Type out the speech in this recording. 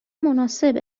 مناسب